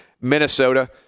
minnesota